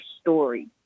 story